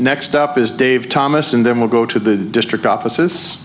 next up is dave thomas and then we'll go to the district offices